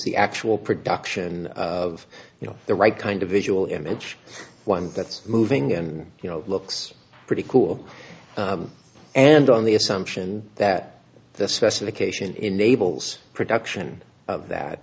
the actual production of you know the right kind of visual image one that's moving and you know looks pretty cool and on the assumption that the specification enables production of that